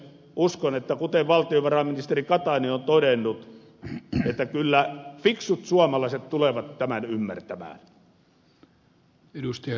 uskon kuten valtiovarainministeri katainen on todennut että kyllä fiksut suomalaiset tulevat tämän ymmärtämään